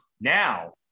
Now